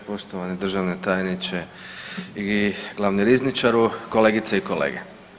Poštovani državni tajniče i glavni rizničaru, kolegice i kolege.